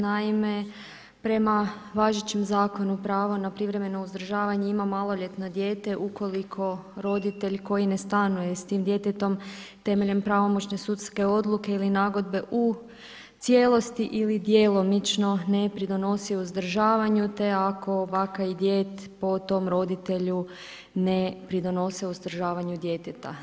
Naime, prema važećem Zakonu pravo na privremeno uzdržavanje ima maloljetno dijete ukoliko roditelj koji ne stanuje s tim djetetom temeljem pravomoćne sudske odluke ili nagodbe u cijelosti ili djelomično ne pridonosi uzdržavanju, te ako baka i djed po tom roditelju ne pridonose uzdržavanju djeteta.